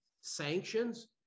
Sanctions